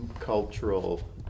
cultural